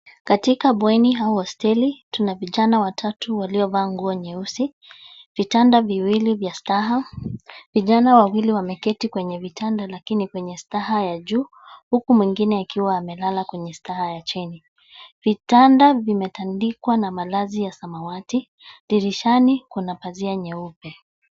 Katika bweni au hosteli, tuna vijana watatu waliovaa nguo nyeusi. Vitanda viwili vya staha. Vijana wawili wameketi kwenye vitanda lakini kwenye staha ya juu, huku mwingine akiwa amelala kwenye staha ya chini. Vitanda vimetandikwa na malazi ya samawati. Dirishani, kuna pazia nyeupe.